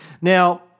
Now